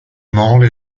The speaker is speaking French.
mansle